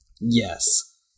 yes